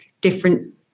different